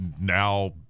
now